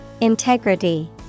Integrity